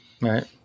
Right